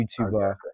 YouTuber